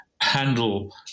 handle